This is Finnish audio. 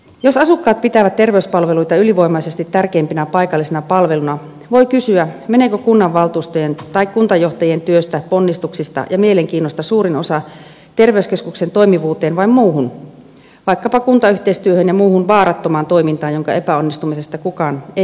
jos asukkaat pitävät terveyspalveluita ylivoimaisesti tärkeimpinä paikallisina palveluina voi kysyä meneekö kunnanvaltuustojen tai kuntajohtajien työstä ponnistuksista ja mielenkiinnosta suurin osa terveyskeskuksen toimivuuteen vai muuhun vaikkapa kuntayhteistyöhön ja muuhun vaarattomaan toimintaan jonka epäonnistumisesta kukaan ei joudu vastuuseen